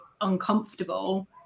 uncomfortable